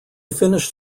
finished